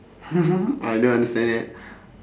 I don't understand it